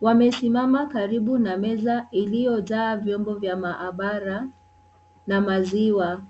Wamesimama karibu na meza iliyojaa vyombo vya mahabara na maziwa.